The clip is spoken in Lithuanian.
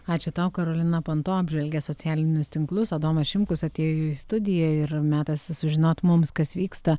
ačiū tau karolina panto apžvelgė socialinius tinklus adomas šimkus atėjo į studiją ir metas sužinot mums kas vyksta